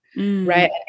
right